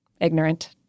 ignorant